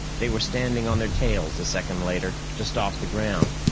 they were standing on their tails a second later, just off the ground,